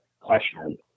question